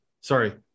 Sorry